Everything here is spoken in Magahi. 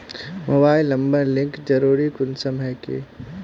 मोबाईल नंबर लिंक जरुरी कुंसम है की?